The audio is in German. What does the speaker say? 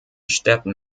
städten